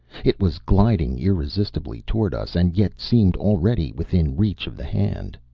it was gliding irresistibly towards us and yet seemed already within reach of the hand.